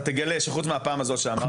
אתה תגלה שחוץ מהפעם הזאת שאמרת,